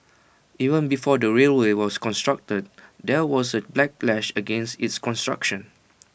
even before the railway was constructed there was A backlash against its construction